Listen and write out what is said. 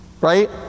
right